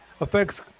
affects